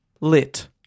lit